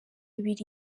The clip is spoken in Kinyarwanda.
ibiri